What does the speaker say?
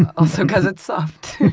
also because it's soft